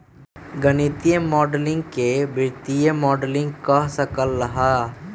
गणितीय माडलिंग के वित्तीय मॉडलिंग कह सक ल ह